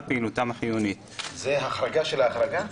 פעילותם החיונית: זה החרגה של החרגה?